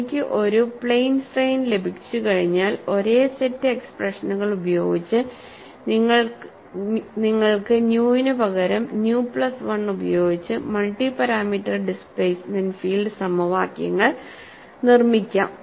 എനിക്ക് ഒരു plane strain ലഭിച്ചുകഴിഞ്ഞാൽ ഒരേ സെറ്റ് എക്സ്പ്രഷനുകൾ ഉപയോഗിച്ച് നിങ്ങൾക്ക് ന്യൂ നു പകരം ന്യൂ പ്ലസ് 1 ഉപയോഗിച്ച് മൾട്ടി പാരാമീറ്റർ ഡിസ്പ്ലേസ്മെന്റ് ഫീൽഡ് സമവാക്യങ്ങൾ നിർമ്മിക്കാം